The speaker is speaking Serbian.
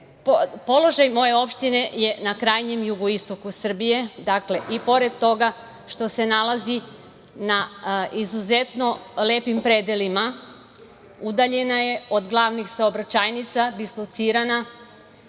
moje opštine je na krajnjem jugoistoku Srbije. Dakle, i pored toga što se nalazi na izuzetno lepim predelima, udaljena je od glavnih saobraćajnica, dislocirana,